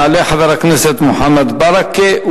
יעלה חבר הכנסת מוחמד ברכה,